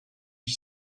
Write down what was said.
qui